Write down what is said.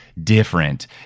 Different